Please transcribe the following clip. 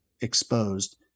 exposed